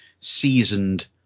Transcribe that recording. seasoned